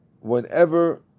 whenever